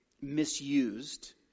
misused